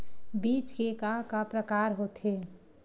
बीज के का का प्रकार होथे?